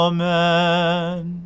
Amen